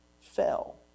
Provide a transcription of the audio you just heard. fell